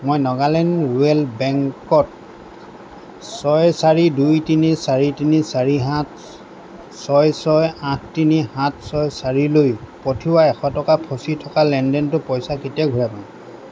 মই নাগালেণ্ড ৰুৰেল বেংকত ছয় চাৰি দুই তিনি চাৰি তিনি চাৰি সাত ছয় ছয় আঠ তিনি সাত ছয় চাৰিলৈ পঠিওৱা এশ টকা ফ'চি থকা লেনদেনটোৰ পইচা কেতিয়া ঘূৰাই পাম